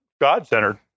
God-centered